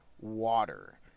water